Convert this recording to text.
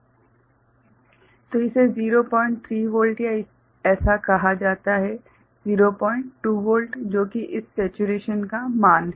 तो इसे 03 वोल्ट या ऐसा कहा जाता है 02 वोल्ट जो कि इस सेचुरेशन का मान है